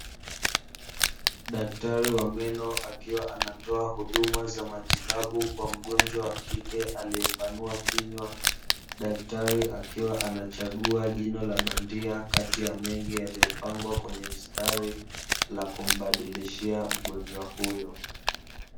Daktari wa meno akiwa anatoa huduma za matibabu kwa mgonjwa wa kike aliyepanua kinywa, daktari akiwa anachagua jino la bandia kati ya mengi yaliyopangwa kwenye mstari la kumbadilishia mgonjwa huyo.